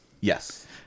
Yes